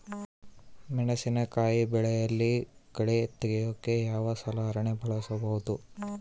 ಮೆಣಸಿನಕಾಯಿ ಬೆಳೆಯಲ್ಲಿ ಕಳೆ ತೆಗಿಯೋಕೆ ಯಾವ ಸಲಕರಣೆ ಬಳಸಬಹುದು?